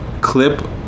clip